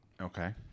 Okay